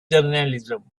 journalism